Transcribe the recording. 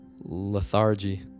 lethargy